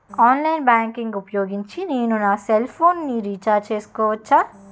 Online banking ఊపోయోగించి నేను నా సెల్ ఫోను ని రీఛార్జ్ చేసుకోవచ్చా?